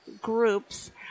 groups